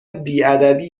بیادبی